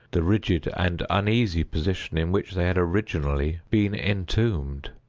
the rigid and uneasy position in which they had originally been entombed.